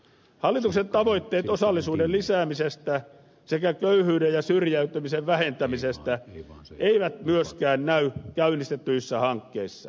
hallituksen tavoitteet osallisuuden lisäämisestä sekä köyhyyden ja syrjäytymisen vähentämisestä eivät myöskään näy käynnistetyissä hankkeissa